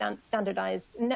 standardized